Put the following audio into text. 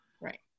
Right